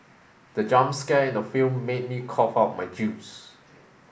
the jump scare in the film made me cough out my juice